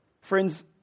Friends